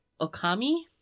Okami